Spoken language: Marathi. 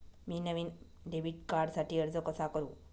मी नवीन डेबिट कार्डसाठी अर्ज कसा करु?